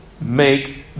make